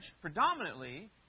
predominantly